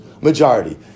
Majority